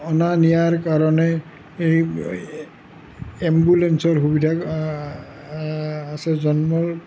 অনা নিয়াৰ কাৰণে এম্বুলেন্সৰ সুবিধা আছে জন্মৰ